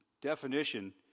definition